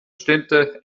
städte